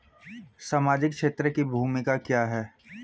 सामाजिक क्षेत्र की भूमिका क्या है?